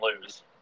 lose